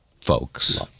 folks